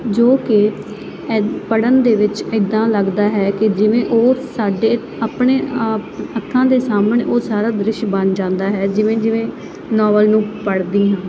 ਜੋ ਕਿ ਪੜ੍ਹਨ ਦੇ ਵਿੱਚ ਇੱਦਾਂ ਲੱਗਦਾ ਹੈ ਕਿ ਜਿਵੇਂ ਉਹ ਸਾਡੇ ਆਪਣੇ ਆਪ ਅੱਖਾਂ ਦੇ ਸਾਹਮਣੇ ਉਹ ਸਾਰਾ ਦ੍ਰਿਸ਼ ਬਣ ਜਾਂਦਾ ਹੈ ਜਿਵੇਂ ਜਿਵੇਂ ਨਾਵਲ ਨੂੰ ਪੜ੍ਹਦੀ ਹਾਂ